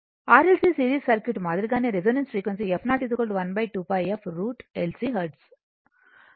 RL C series circuit మాదిరిగా resonance frequency f 0 12 pi1√ L C hertz